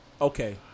Okay